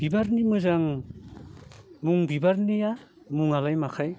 बिबारनि मोजां मुं बिबारनिया मुंआलाय माखाय